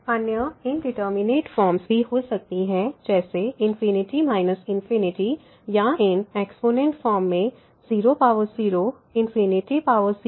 अन्य indeterminate forms भी हो सकती हैं जैसे ∞∞ या इन एक्स्पोनेंट फॉर्म में 00 0 पावर इंफिनिटी